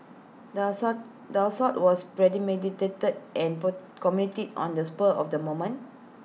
the assault the assault was premeditated and put committed on A spur of the moment